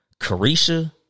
Carisha